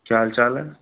क्या हाल चाल हैं